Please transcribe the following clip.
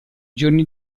giorni